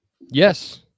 Yes